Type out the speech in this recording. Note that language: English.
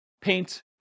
paint